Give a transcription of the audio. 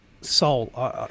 soul